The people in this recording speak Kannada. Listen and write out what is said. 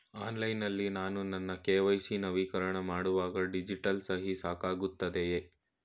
ಆನ್ಲೈನ್ ನಲ್ಲಿ ನಾನು ನನ್ನ ಕೆ.ವೈ.ಸಿ ನವೀಕರಣ ಮಾಡುವಾಗ ಡಿಜಿಟಲ್ ಸಹಿ ಸಾಕಾಗುತ್ತದೆಯೇ?